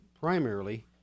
primarily